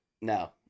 No